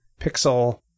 pixel